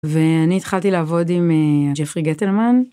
ואני התחלתי לעבוד עם ג'פרי גטלמן.